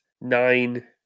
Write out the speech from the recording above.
nine